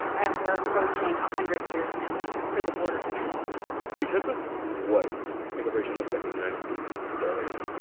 and we're approaching a hundred years now for the border patrol because of what immigration looks like in the united states today,